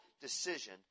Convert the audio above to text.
decision